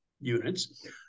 units